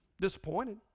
Disappointed